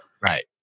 Right